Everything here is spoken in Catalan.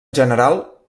general